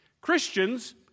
Christians